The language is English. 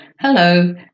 Hello